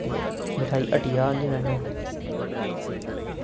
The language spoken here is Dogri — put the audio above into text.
ते मठेआई हट्टिया आंदी असें